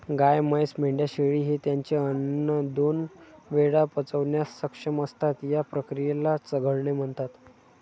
गाय, म्हैस, मेंढ्या, शेळी हे त्यांचे अन्न दोन वेळा पचवण्यास सक्षम असतात, या क्रियेला चघळणे म्हणतात